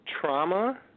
trauma